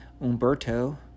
Umberto